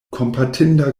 kompatinda